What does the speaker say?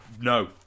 no